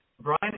Brian